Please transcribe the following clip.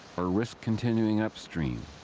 or risk continuing upstream?